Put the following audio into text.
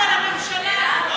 ושר האוצר היה, תמשיכי לצעוק,